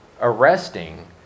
arresting